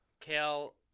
Kale